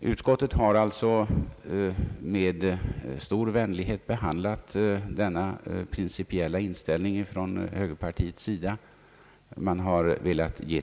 Utskottet har med stor vänlighet behandlat högerpartiets principiella inställning och velat ge